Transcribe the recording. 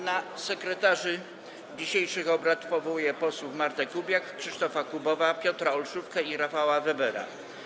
Na sekretarzy dzisiejszych obrad powołuję posłów Martę Kubiak, Krzysztofa Kubowa, Piotra Olszówkę i Rafała Webera.